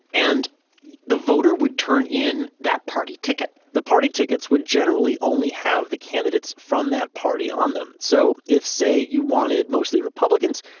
and the voter would turn in that party ticket the party tickets would generally only have the candidates from that party on them. so if say you wanted mostly republicans,